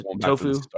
Tofu